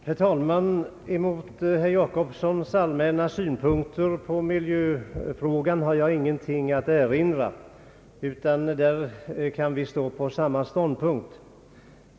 Herr talman! Mot herr Jacobssons allmänna synpunkter på miljöfrågan har jag ingenting att erinra, utan där står vi på samma ståndpunkt.